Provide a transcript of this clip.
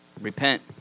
repent